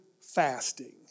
fasting